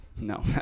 No